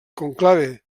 conclave